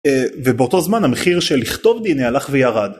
ובאותו זמן המחיר של לכתוב דנ"א הלך וירד.